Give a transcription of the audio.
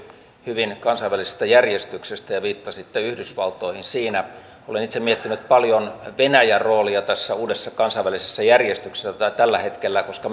kansainvälisestä järjestyksestä hyvin ja viittasitte yhdysvaltoihin siinä olen itse miettinyt paljon venäjän roolia tässä uudessa kansainvälisessä järjestyksessä tällä hetkellä koska